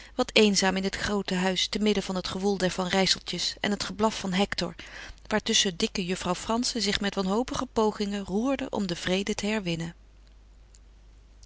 wat eenzaam in het groote huis te midden van het gewoel der van rijsseltjes en het geblaf van hector waartusschen dikke juffrouw frantzen zich met wanhopige pogingen roerde om den vrede te herwinnen